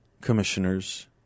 commissioners